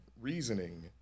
reasoning